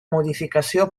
modificació